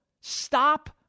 Stop